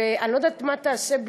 ואני לא יודעת מה בדיוק תעשה,